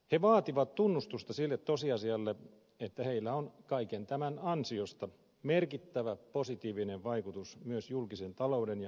he vaativat tunnustusta sille tosiasialle että heillä on kaiken tämän ansiosta merkittävä positiivinen vaikutus myös julkisen talouden ja hyvinvointiyhteiskunnan ylläpitoon